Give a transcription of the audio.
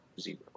zero